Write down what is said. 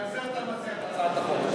בגלל זה אתה מציע את הצעת החוק.